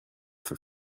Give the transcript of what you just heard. for